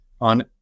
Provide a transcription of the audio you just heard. on